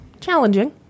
challenging